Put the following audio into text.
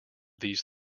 these